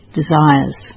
desires